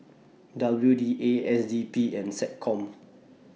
W D A S D P and Seccom